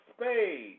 spade